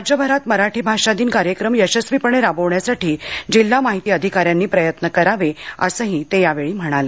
राज्यभरात मराठी भाषा दिन कार्यक्रम यशस्वीपणे राबविण्यासाठी जिल्हा माहिती अधिकार्यांनी प्रयत्न करावेत असंही तेयावेळी म्हणाले